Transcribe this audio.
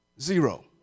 Zero